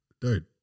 dude